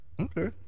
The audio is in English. Okay